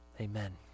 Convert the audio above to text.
Amen